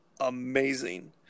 amazing –